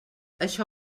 això